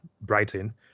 Brighton